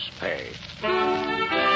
pay